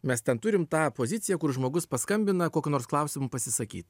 mes ten turime tą poziciją kur žmogus paskambina kokiu nors klausimu pasisakyt